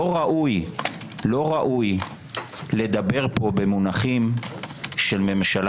לא ראוי לדבר פה במונחים של ממשלה